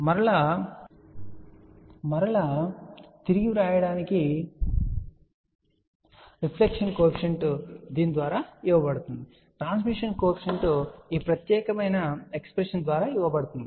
మరలా తిరిగి వ్రాయడానికి రిఫ్లెక్షన్ కోఎఫీషియంట్ దీని ద్వారా ఇవ్వబడుతుంది ట్రాన్స్మిషన్ కోఎఫీషియంట్ ఈ ప్రత్యేక ఎక్స్ప్రెషన్ ద్వారా ఇవ్వబడుతుంది